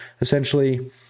essentially